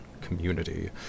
community